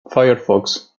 firefox